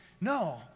No